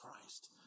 Christ